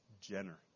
Jenner